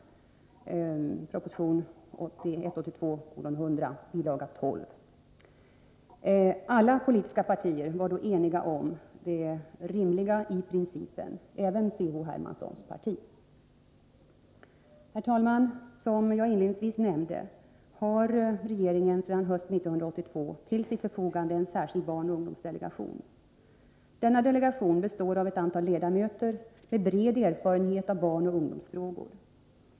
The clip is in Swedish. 12, s. 211). Alla politiska partier var då eniga om det rimliga i principen, även C.-H. Hermanssons parti! Herr talman! Som jag inledningsvis nämnde har regeringen sedan hösten 1982 till sitt förfogande en särskild barnoch ungdomsdelegation. Denna delegation består av ett antal ledamöter med bred erfarenhet av barnoch ungdomsfrågor.